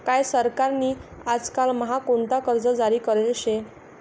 काय सरकार नी आजकाल म्हा कोणता कर्ज जारी करेल शे